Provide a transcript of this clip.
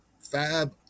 fab